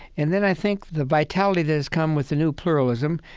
and then i think the vitality that has come with the new pluralism,